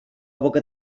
boca